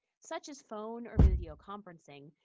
such as phone or video conferencing,